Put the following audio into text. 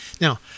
Now